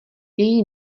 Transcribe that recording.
její